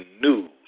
news